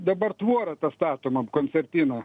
dabar tvora ta statoma koncertina